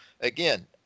again